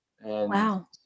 Wow